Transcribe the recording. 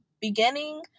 beginning